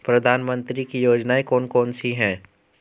प्रधानमंत्री की योजनाएं कौन कौन सी हैं?